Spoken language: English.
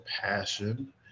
passion